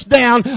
down